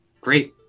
Great